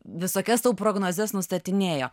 visokias tau prognozes nustatinėjo